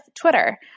Twitter